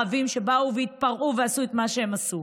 הערבים שבאו והתפרעו ועשו את מה שהם עשו,